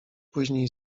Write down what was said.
później